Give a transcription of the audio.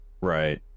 right